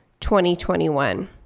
2021